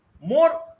more